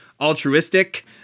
altruistic